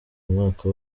umwaka